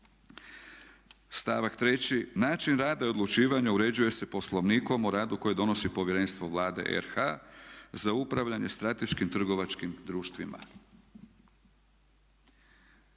45.stavak 3. način rada i odlučivanja uređuje se Poslovnikom o radu koji donosi Povjerenstvo Vlade RH za upravljanje strateškim trgovačkim društvima.